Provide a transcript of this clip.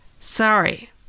Sorry